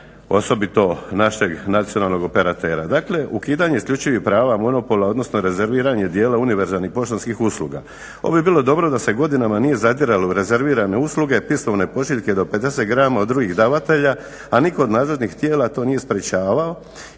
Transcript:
osobito našeg nacionalnog operatera. Dakle, ukidanje isključivih prava monopola odnosno rezerviranje dijela univerzalnih poštanskih usluga. Ovo bi bilo dobro da se godinama nije zadiralo u rezervirane usluge, pismovne pošiljke do 50 grama od drugih davatelja a nitko od nadzornih tijela to nije sprječavao.